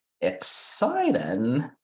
exciting